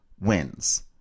wins